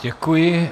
Děkuji.